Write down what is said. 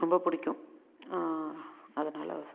ரொம்ப பிடிக்கும் அதனால் அதை சொல்கிறேன்